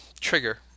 trigger